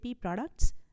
products